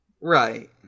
Right